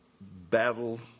battle